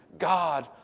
God